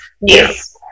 yes